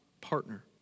partner